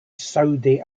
saudi